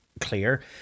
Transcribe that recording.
clear